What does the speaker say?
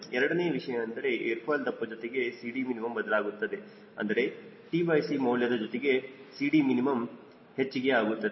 ಎರಡನೇ ವಿಷಯ ಎಂದರೆ ಏರ್ ಫಾಯ್ಲ್ ದಪ್ಪ ಜೊತೆಗೆ CDmin ಬದಲಾಗುತ್ತದೆ ಅಂದರೆ tc ಮೌಲ್ಯದ ಜೊತೆಗೆ CDmin ಹೆಚ್ಚಿಗೆ ಆಗುತ್ತದೆ